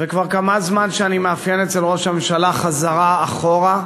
וכבר כמה זמן אני מאפיין אצל ראש הממשלה חזרה אחורה,